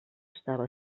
estava